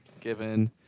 given